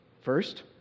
First